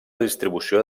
distribució